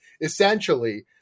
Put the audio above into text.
Essentially